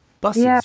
buses